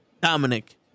Dominic